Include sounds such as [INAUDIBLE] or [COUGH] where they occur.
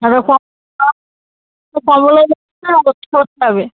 [UNINTELLIGIBLE] হবে